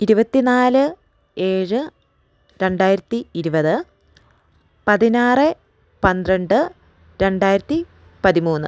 ഇരുപത്തി നാല് ഏഴ് രണ്ടായിരത്തി ഇരുപത് പതിനാറ് പന്ത്രണ്ട് രണ്ടായിരത്തി പതിമൂന്ന്